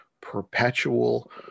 perpetual